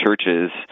churches